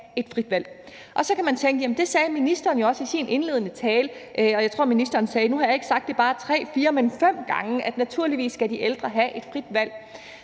så kan man tænke, at det sagde ministeren jo også i sin indledende tale, og jeg tror, at ministeren sagde, at nu havde hun sagt ikke bare 3 eller 4, men 5 gange, at naturligvis skal de ældre have et frit valg.